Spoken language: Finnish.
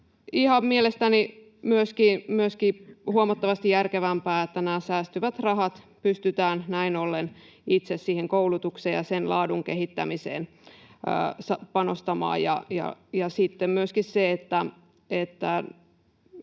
mielestäni myöskin huomattavasti järkevämpää, että nämä säästyvät rahat pystytään näin ollen siihen itse koulutukseen kohdistamaan ja sen laadun kehittämiseen panostamaan.